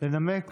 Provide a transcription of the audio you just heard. לנמק